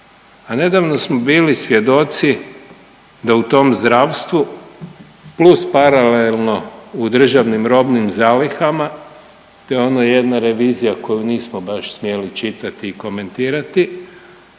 nedavno smo bili svjedoci da u tom zdravstvu plus paralelno u državnim robnim zalihama to je ono jedna revizija koju nismo baš smjeli čitati i komentirati